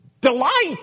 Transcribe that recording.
delight